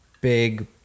big